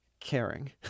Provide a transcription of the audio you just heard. caring